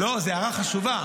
לא, זאת הערה חשובה.